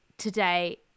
today